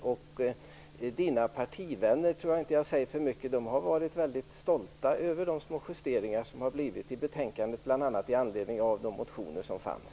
Lennart Hedquists partivänner - och då tror jag inte att jag säger för mycket - har varit mycket stolta över de små justeringar som har blivit i betänkandet, bl.a. med anledning av de motioner som fanns.